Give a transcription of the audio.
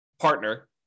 partner